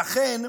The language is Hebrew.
לכן,